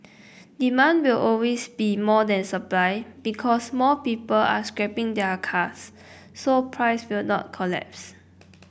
demand will always be more than supply because more people are scrapping their cars so price will not collapse